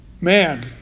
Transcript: Man